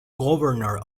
governor